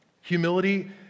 Humility